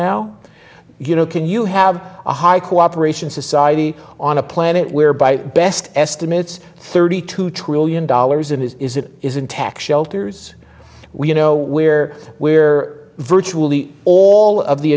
now you know can you have a high cooperation society on a planet where by best estimates thirty two trillion dollars of his is it is in tax shelters you know where where virtually all of the